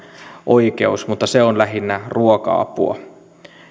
oikeus mutta se on lähinnä ruoka apua